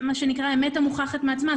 אמת המוכחת מעצמה.